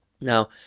Now